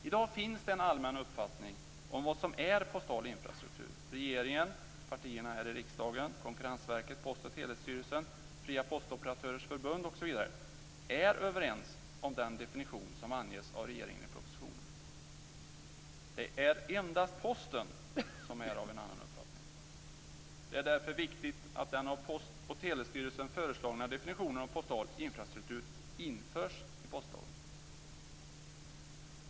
I dag finns en allmän uppfattning om vad som är postal infrastruktur. Regeringen, partierna i riksdagen, Konkurrensverket, Post och Telestyrelsen, Fria postoperatörers förbund osv. är överens om den definition som anges av regeringen i propositionen. Det är endast Posten som är av en annan uppfattning. Det är därför viktigt att den av Post och Telestyrelsen föreslagna definitionen av postal infrastruktur införs i postlagen.